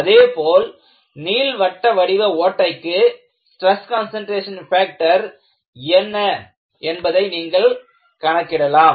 அதேபோல் நீள்வட்ட வடிவ ஓட்டைக்கு ஸ்ட்ரெஸ் கான்சன்ட்ரேஷன் பாக்டர் என்ன என்பதை நீங்கள் கணக்கிடலாம்